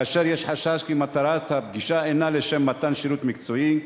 כאשר יש חשש כי מטרת הפגישה אינה לשם מתן שירות מקצועי,